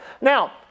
Now